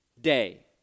day